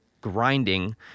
grinding